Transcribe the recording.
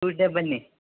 Tuesday ಬನ್ನಿ